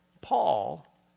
Paul